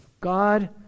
God